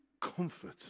comfort